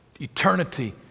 eternity